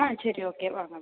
ஆ சரி ஓகே வாங்க மேம்